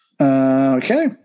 Okay